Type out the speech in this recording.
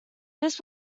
this